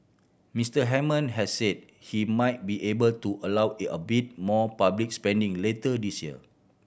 Mister Hammond has said he might be able to allow they a bit more public spending later this year